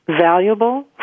valuable